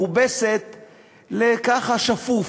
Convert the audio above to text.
זו מילה מכובסת לככה, שפוף.